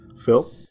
Phil